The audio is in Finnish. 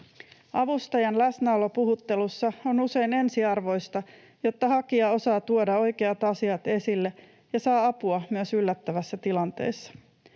Avustajan läsnäolo puhuttelussa on usein ensiarvoista, jotta hakija osaa tuoda oikeat asiat esille ja saa apua myös yllättävässä tilanteessa.